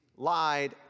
lied